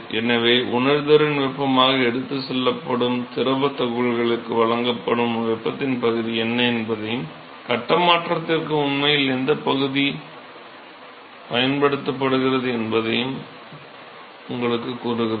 எனவே உணர்திறன் வெப்பமாக எடுத்துச் செல்லப்படும் திரவத் துகள்களுக்கு வழங்கப்படும் வெப்பத்தின் பகுதி என்ன என்பதையும் கட்ட மாற்றத்திற்கு உண்மையில் எந்தப் பகுதி பயன்படுத்தப்படுகிறது என்பதையும் இது உங்களுக்குக் கூறுகிறது